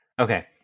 Okay